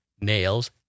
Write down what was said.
nails